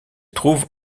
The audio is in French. trouve